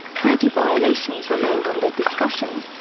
thirty violations remained under discussion.